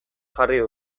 jarri